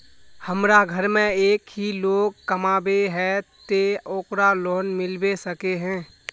हमरा घर में एक ही लोग कमाबै है ते ओकरा लोन मिलबे सके है?